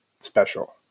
special